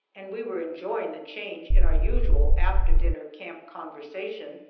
and we were enjoying the change in our usual after-dinner camp conversation,